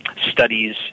studies